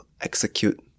execute